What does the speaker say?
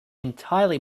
entirely